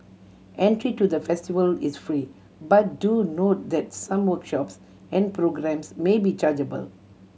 entry to the festival is free but do note that some workshops and programmes may be chargeable